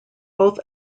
both